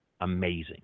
amazing